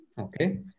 Okay